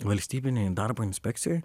valstybinėj darbo inspekcijoj